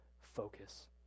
focus